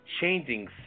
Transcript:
changing